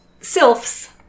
sylphs